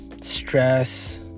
stress